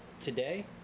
today